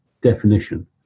definition